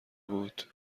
بود